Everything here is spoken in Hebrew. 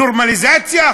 נורמליזציה?